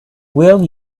will